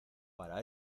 para